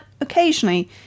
occasionally